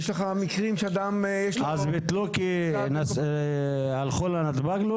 יש מקרים --- אז ביטלו כי הלכו לנתב"ג?